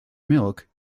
milk